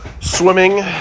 Swimming